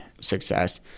success